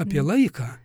apie laiką